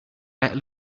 let